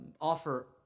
offer